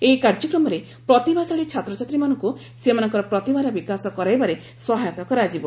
ଏହି କାର୍ଯ୍ୟକ୍ରମରେ ପ୍ରତିଭାଶାଳୀ ଛାତ୍ରଛାତ୍ରୀମାନଙ୍କୁ ସେମାନଙ୍କର ପ୍ରତିଭାର ବିକାଶ କରାଇବାରେ ସହାୟତା କରାଯିବ